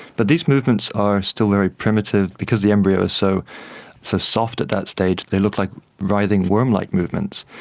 but these movements are still very primitive because the embryo is so so soft at that stage, they look like writhing worm-like movements.